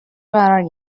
قرار